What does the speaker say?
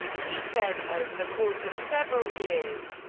he said over the course of several years,